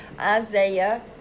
Isaiah